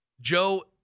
Joe